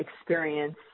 experience